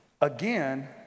Again